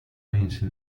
vinse